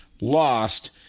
lost